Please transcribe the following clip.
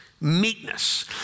Meekness